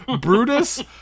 Brutus